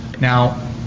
Now